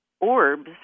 orbs